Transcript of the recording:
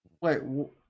wait